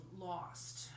lost